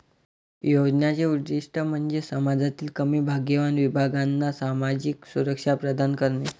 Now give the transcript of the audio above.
योजनांचे उद्दीष्ट म्हणजे समाजातील कमी भाग्यवान विभागांना सामाजिक सुरक्षा प्रदान करणे